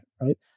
Right